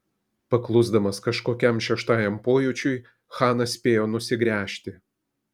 paklusdamas kažkokiam šeštajam pojūčiui chanas spėjo nusigręžti